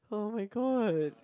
[oh]-my-god